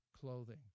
clothing